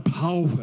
power